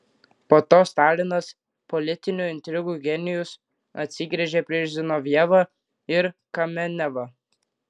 po to stalinas politinių intrigų genijus atsigręžė prieš zinovjevą ir kamenevą